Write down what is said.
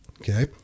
okay